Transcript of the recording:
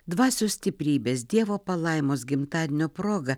dvasios stiprybės dievo palaimos gimtadienio proga